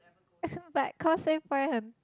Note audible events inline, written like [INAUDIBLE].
[LAUGHS] but Causeway-Point 很